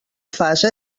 fase